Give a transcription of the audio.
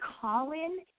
call-in